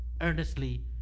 earnestly